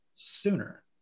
sooner